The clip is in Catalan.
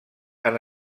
han